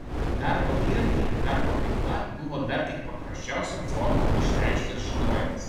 darbo įrankiai ir darbo veikla buvo dar tik paprasčiausiom formom išreikštas žinojimas